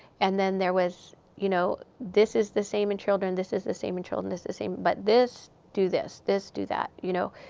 and then there was you know, this is the same in children, this is the same in children, this is the same. but this, do this. this, do that, you know?